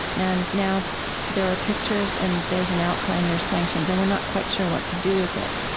and now there are pictures, and there's an outcry, and there's sanctions. and we're not quite sure what to do with it.